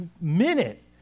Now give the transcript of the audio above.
minute